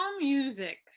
music